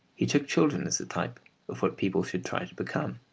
he took children as the type of what people should try to become.